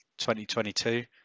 2022